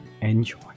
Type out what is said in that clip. Enjoy